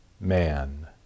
man